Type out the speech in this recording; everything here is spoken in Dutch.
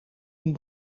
een